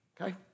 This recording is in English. okay